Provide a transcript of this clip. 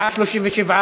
9) (צירוף שובר לדרישת תשלום),